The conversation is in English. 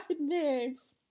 names